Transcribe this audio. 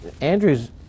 Andrew's